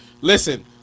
Listen